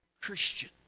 Christian